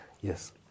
Yes